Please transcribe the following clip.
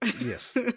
Yes